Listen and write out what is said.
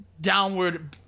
downward